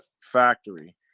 factory